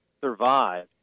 Survive